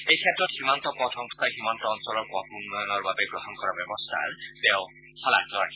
এই ক্ষেত্ৰত সীমান্ত পথ সংস্থাই সীমান্ত অঞ্চলৰ পথ উন্নয়নৰ বাবে গ্ৰহণ কৰা ব্যৱস্থাৰ তেওঁ শলাগ লয়